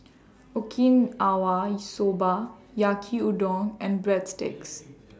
Okinawa Soba Yaki Udon and Breadsticks